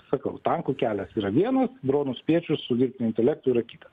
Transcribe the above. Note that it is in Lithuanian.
sakau tankų kelias yra vienas dronų spiečius su dirbtiniu intelektu yra kita